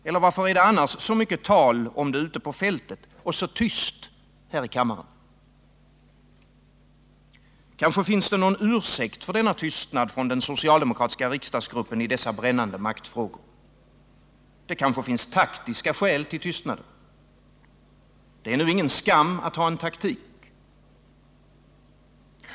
Eller varför är det annars så mycket tal om det ute på fältet och så tyst här i kammaren? Nr 116 Kanske finns det någon ursäkt för denna tystnad i dessa brännande Torsdagen den maktfrågor från den socialdemokratiska riksdagsgruppen. Det kanske finns 29 mars 1979 taktiska skäl till tystnaden. Det är ingen skam att ha en taktik.